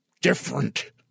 Different